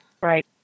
Right